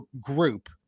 group